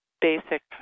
basic